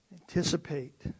Anticipate